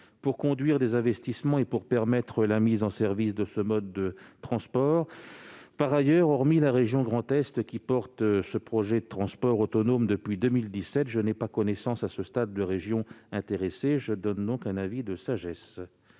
pour conduire des investissements et permettre la mise en service de ce mode de transport. Par ailleurs, hormis la région Grand Est, qui porte ce projet de transport autonome depuis 2017, je n'ai pas connaissance, à ce stade, de régions intéressées. Je m'en remets donc à la sagesse